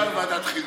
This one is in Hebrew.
למשל, ועדת חינוך.